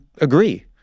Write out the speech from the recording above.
agree